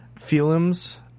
films